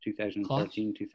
2013